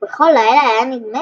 ובכל לילה היה נדמה